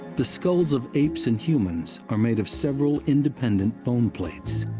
the skulls of apes and humans are made of several independent bone plates.